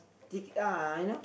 tic~ uh you know